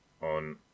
on